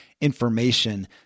information